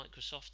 Microsoft